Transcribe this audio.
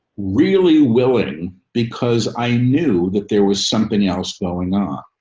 really willing because i knew that there was something else going on.